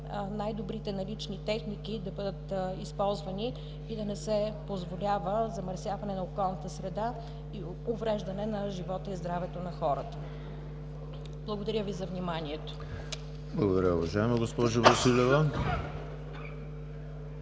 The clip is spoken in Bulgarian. най добрите налични техники да бъдат използвани и да не се позволява замърсяване на околната среда и увреждане на живота и здравето на хората. Благодаря Ви за вниманието. (Ръкопляскания от ГЕРБ.)